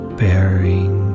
bearing